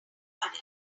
garden